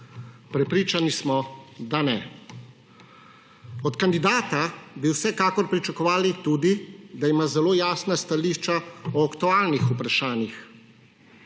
Prepričani smo, da ne. Od kandidata bi vsekakor tudi pričakovali, da ima zelo jasna stališča o aktualnih vprašanjih,